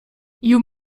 you